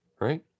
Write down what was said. right